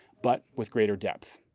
but with greater depth.